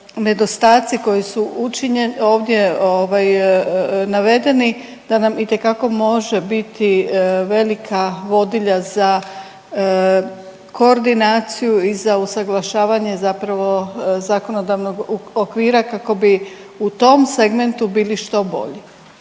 nedostaci koji su učinjeni ovdje navedeni da nam itekako može biti velika vodilja za koordinaciju i za usuglašavanje zapravo zakonodavnog okvira kako bi u tom segmentu bili što bolji.